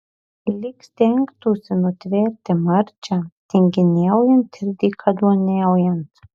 lyg stengtųsi nutverti marčią tinginiaujant ir dykaduoniaujant